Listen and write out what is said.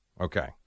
Okay